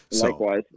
Likewise